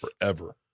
forever